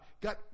got